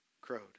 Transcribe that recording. crowed